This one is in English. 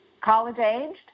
college-aged